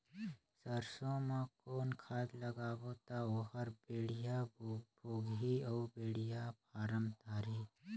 सरसो मा कौन खाद लगाबो ता ओहार बेडिया भोगही अउ बेडिया फारम धारही?